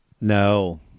No